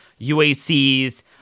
UACs